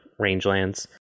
rangelands